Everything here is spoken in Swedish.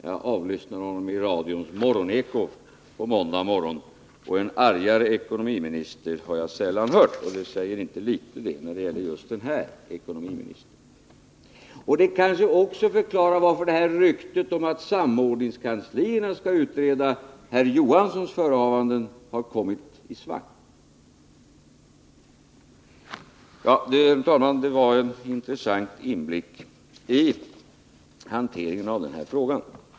Jag avlyssnade honom i radions morgoneko på måndagen, och en argare ekonomiminister har jag sällan hört, vilket inte säger litet när det gäller just den här ekonomiministern. Det kanske också förklarar varför det här ryktet om att samordningskanslierna skall utreda herr Johanssons förehavanden har kommit i svang. Ja, herr talman, det var en intressant inblick i hanteringen av denna fråga.